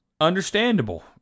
Understandable